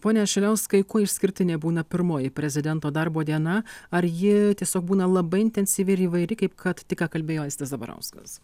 pone šiliauskai kuo išskirtinė būna pirmoji prezidento darbo diena ar ji tiesiog būna labai intensyvi ir įvairi kaip kad tik ką kalbėjo aistis zabarauskas